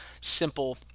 simple